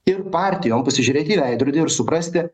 ir partijom pasižiūrėti į veidrodį ir suprasti